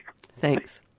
Thanks